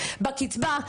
בקצבה,